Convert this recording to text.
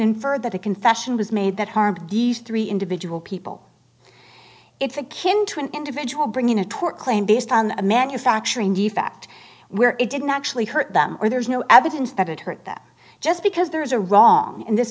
infer that a confession was made that harmed geese three individual people it's a kin to an individual bringing a tort claim based on a manufacturing defect where it didn't actually hurt them or there's no evidence that it hurt that just because there's a wrong in this